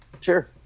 Sure